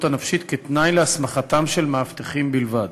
הנפשית כתנאי להסמכתם של מאבטחים בלבד.